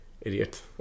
Idiot